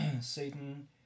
Satan